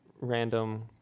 random